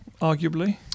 arguably